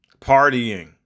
Partying